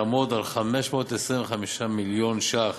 יעמוד על 525 מיליון ש"ח,